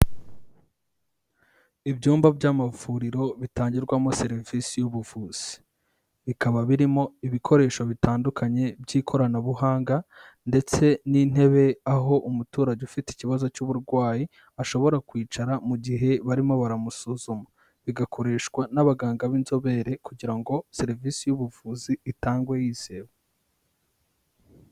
Ibyumba by'amavuriro bitangirwamo serivisi y'ubuvuzi, bikaba birimo ibikoresho bitandukanye by'ikoranabuhanga ndetse n'intebe, aho umuturage ufite ikibazo cy'uburwayi ashobora kwicara mu gihe barimo baramusuzuma, bigakoreshwa n'abaganga b'inzobere kugira ngo serivisi y'ubuvuzi itangwe yizewe.